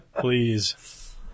Please